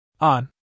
On